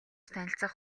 танилцах